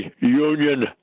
Union